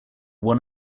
one